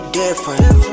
different